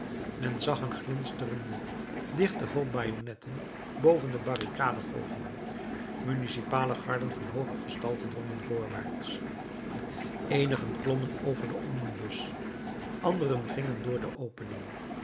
men zag een glinsterenden dichten hoop bajonnetten boven de barricade golven municipale garden van hooge gestalte drongen voorwaarts eenigen klommen over den omnibus anderen gingen door de opening